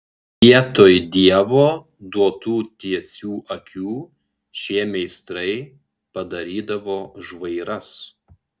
vietoj dievo duotų tiesių akių šie meistrai padarydavo žvairas